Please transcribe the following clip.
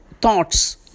thoughts